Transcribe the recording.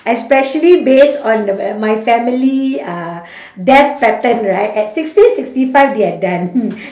especially based on the my family uh death pattern right at sixty sixty five they are done